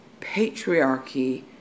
Patriarchy